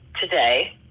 today